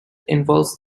involves